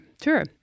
Sure